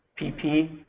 PP